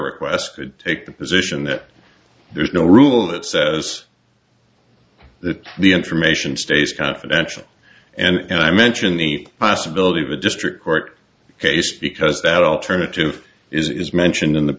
request would take the position that there's no rule that says that the information stays confidential and i mention the possibility of a district court case because that alternative is mentioned in the